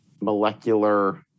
molecular